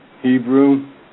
Hebrew